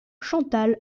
chantal